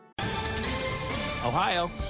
Ohio